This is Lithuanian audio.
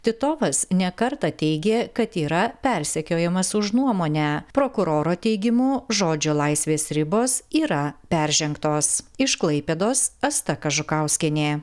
titovas ne kartą teigė kad yra persekiojamas už nuomonę prokuroro teigimu žodžio laisvės ribos yra peržengtos iš klaipėdos asta kažukauskienė